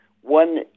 one